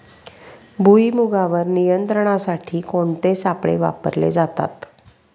भुईमुगावर नियंत्रणासाठी कोणते सापळे वापरले जातात?